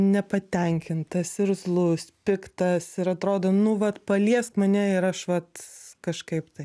nepatenkintas irzlus piktas ir atrodo nu vat paliesk mane ir aš vat kažkaip tai